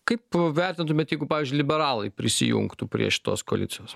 kaip vertintumėt jeigu pavyzdžiui liberalai prisijungtų prie šitos koalicijos